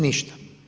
Ništa.